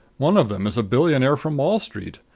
one of them is a billionaire from wall street.